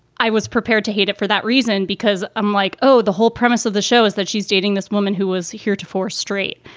i was prepared to hate it for that reason because i'm like, oh, the whole premise of the show is that she's dating this woman who was here to force straight.